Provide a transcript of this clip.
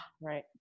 Right